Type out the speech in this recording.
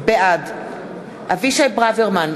בעד אבישי ברוורמן,